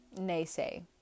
naysay